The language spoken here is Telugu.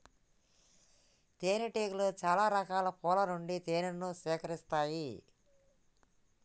తేనె టీగలు చాల రకాల పూల నుండి తేనెను సేకరిస్తాయి